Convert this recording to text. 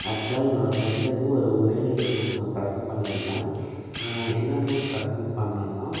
ஆக்ஷுவலாக என்னோடய ஃப்ரெண்டுக்கு ஒரு உரைநடை புக் நான் ப்ரசென்ட் பண்ணியிருக்கேன் என்ன புக் ப்ரசென்ட் பண்ணன்னால்